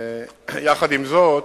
עם זאת,